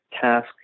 task